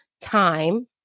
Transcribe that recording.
time